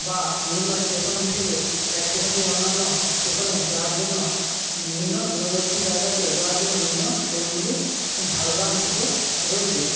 বা বিভিন্ন স্টেশন থেকে এক স্টেশান থেকে অন্যান্য স্টেশনে যাওয়ার জন্য বিভিন্ন দূরবর্তী জায়গাতে যাওয়ার জন্য বিভিন্ন ট্রেনগুলি ঝাড়গ্রাম থেকে রয়েছে